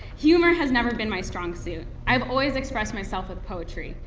humor has never been my strong suit. i've always expressed myself with poetry.